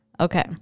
Okay